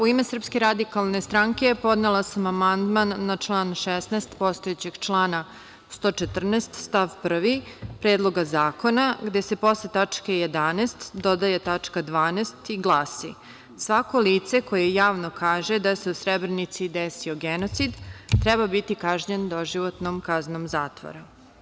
U ime SRS podnela sam amandman na član 16. postojećeg člana 114. stav 1. predloga zakona, gde se posle tačke 11. dodaje tačka 12. i glasi – Svako lice koje javno kaže da se u Srebrenici desio genocid, treba biti kažnjeno doživotnom kaznom zatvora.